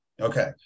Okay